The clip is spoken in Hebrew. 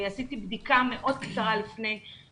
אני עשיתי בדיקה מאוד קצרה אתמול,